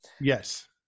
Yes